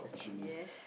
yes